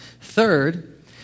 Third